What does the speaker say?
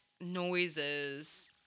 noises